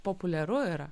populiaru yra